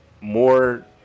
more